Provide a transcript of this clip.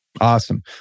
Awesome